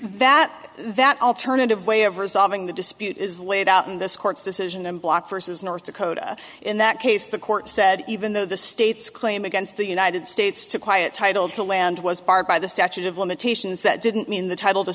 that that alternative way of resolving the dispute is laid out in this court's decision and block versus north dakota in that case the court said even though the states claim against the united states to quiet title to land was barred by the statute of limitations that didn't mean the title